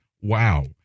Wow